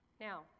Now